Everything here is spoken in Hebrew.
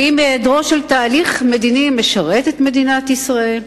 האם היעדרו של תהליך מדיני משרת את מדינת ישראל?